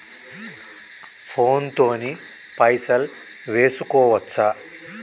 Phone తోని పైసలు వేసుకోవచ్చా?